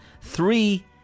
three